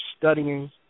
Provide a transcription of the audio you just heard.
studying